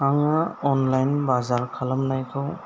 आङो अनलाइन बाजार खालामनायफ्राव